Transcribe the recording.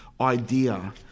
idea